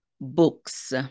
books